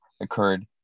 occurred